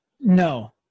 no